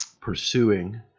pursuing